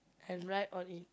and ride on it